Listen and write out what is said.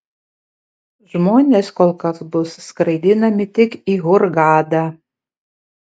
žmonės kol kas bus skraidinami tik į hurgadą